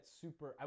super